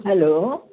hello